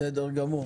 בסדר גמור.